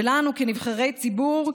ולנו כנבחרי ציבור,